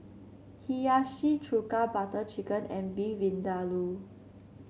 Hiyashi Chuka Butter Chicken and Beef Vindaloo